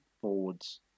forwards